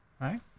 Right